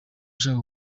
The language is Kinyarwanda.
ushaka